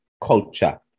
culture